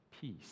Peace